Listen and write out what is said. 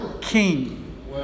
king